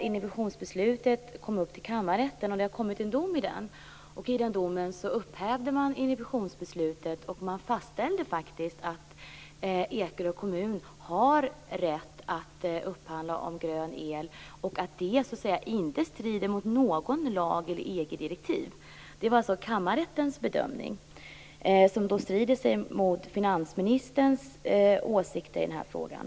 Inhibitionsbeslutet kom upp i kammarrätten, och nu har kammarrätten i en dom upphävt inhibitionsbeslutet och fastställt att Ekerö kommun har rätt att upphandla grön el samt att detta inte strider mot någon lag eller något EG direktiv. Detta var kammarrättens bedömning, som alltså skiljer sig från finansministerns åsikt i den här frågan.